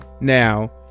Now